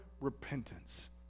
repentance